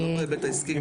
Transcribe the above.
זה לא בהיבט העסקי,